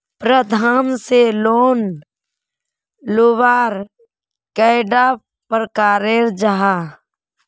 प्रबंधन से लोन लुबार कैडा प्रकारेर जाहा?